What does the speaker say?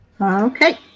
Okay